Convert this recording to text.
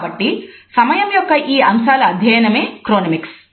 కాబట్టి సమయం యొక్క ఈ అంశాల అధ్యయనమే క్రోనెమిక్స్